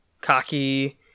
cocky